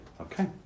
Okay